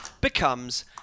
becomes